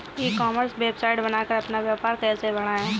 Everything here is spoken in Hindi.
ई कॉमर्स वेबसाइट बनाकर अपना व्यापार कैसे बढ़ाएँ?